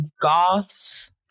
goths